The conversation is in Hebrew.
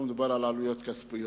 לא מדובר על עלויות כספיות,